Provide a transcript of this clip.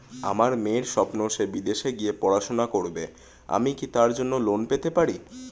আমার মেয়ের স্বপ্ন সে বিদেশে গিয়ে পড়াশোনা করবে আমি কি তার জন্য লোন পেতে পারি?